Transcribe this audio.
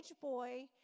boy